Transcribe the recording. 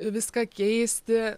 viską keisti